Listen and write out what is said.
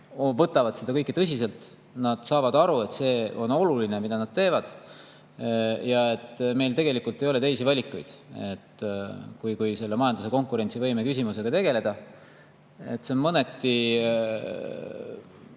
võtavad seda kõike tõsiselt ja saavad aru, et see on oluline, mida nad teevad, ja et meil tegelikult ei ole teisi valikuid, kui majanduse konkurentsivõime küsimusega tegeleda. See on mõneti